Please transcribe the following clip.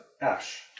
Ash